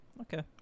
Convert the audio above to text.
okay